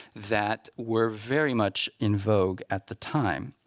that were very much in vogue at the time.